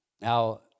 Now